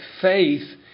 faith